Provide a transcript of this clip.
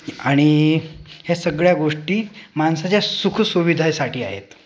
आणि ह्या सगळ्या गोष्टी माणसाच्या सुखसुविधासाठी आहेत